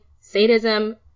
sadism